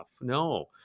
No